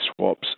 swaps